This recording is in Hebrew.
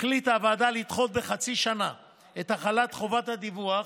החליטה הוועדה לדחות בחצי שנה את החלת חובת הדיווח.